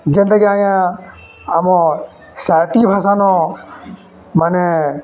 ଯେନ୍ତାକି ଆଜ୍ଞା ଆମର୍ ସାହିତ୍ୟିକ୍ ଭାଷା ନ ମାନେ